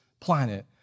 planet